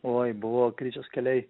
oi buvo kryžiaus keliai